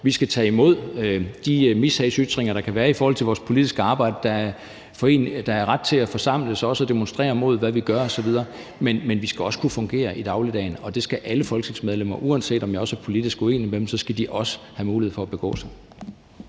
Vi skal tage imod de mishagsytringer, der kan være i forhold til vores politiske arbejde. Man har ret til at forsamles og også til at demonstrere imod, hvad vi gør osv., men vi skal også kunne fungere i dagligdagen, og det skal alle folketingsmedlemmer. Uanset om jeg er politisk enig med dem, skal de også have mulighed for at begå sig.